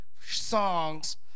songs